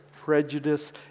Prejudice